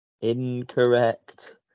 Incorrect